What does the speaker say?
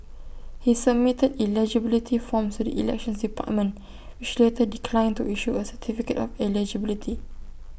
he submitted eligibility forms to the elections department which later declined to issue A certificate of eligibility